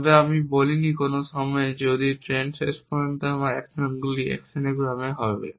তবে আমি বলিনি কোন সময়ে যদি শেষ পর্যন্ত আমার অ্যাকশনগুলি অ্যাকশনের ক্রম হবে